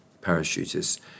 parachutists